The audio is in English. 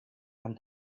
and